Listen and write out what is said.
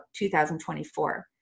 2024